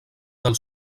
del